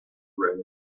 rain